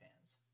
fans